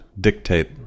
dictate